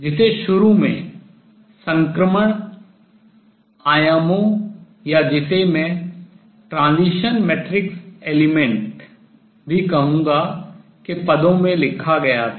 जिसे शुरू में संक्रमण आयामों या जिसे मैं transition matrix elements संक्रमण मैट्रिक्स अवयव भी कहूँगा के terms पदों में लिखा गया था